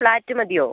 flat മതിയോ